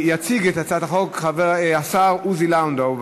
יציג את הצעת החוק השר עוזי לנדאו.